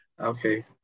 Okay